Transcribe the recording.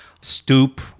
stoop